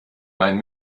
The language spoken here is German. mein